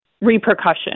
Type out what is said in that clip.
repercussions